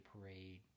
Parade